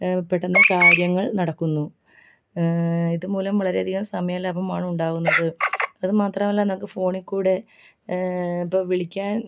പെട്ടന്ന് കാര്യങ്ങൾ നടക്കുന്നു ഇതുമൂലം വളരെയധികം സമയ ലാഭമാണ് ഉണ്ടാകുന്നത് അതുമാത്രമല്ല നമുക്ക് ഫോണിൽ കൂടെ ഇപ്പം വിളിക്കാൻ